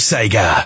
Sega